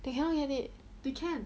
they cannot get it